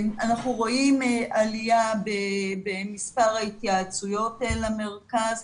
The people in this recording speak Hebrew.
אנחנו רואים עלייה במספר ההתייעצויות למרכז.